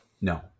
no